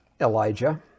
Elijah